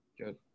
Good